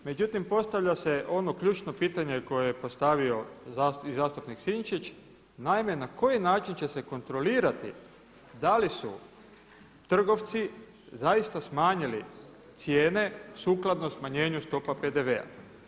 Međutim postavlja se ono ključno pitanje koje je postavio i zastupnik Sinčić, naime na koji način će se kontrolirati da li su trgovci zaista smanjili cijene sukladno smanjenju stopa PDV-a.